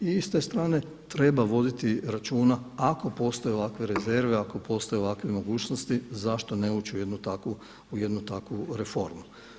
I s te strane treba voditi računa ako postoje ovakve rezerve, ako postoje ovakve mogućnosti zašto ne ući u jednu takvu, u jednu takvu reformu.